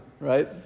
right